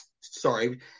Sorry